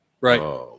Right